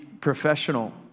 professional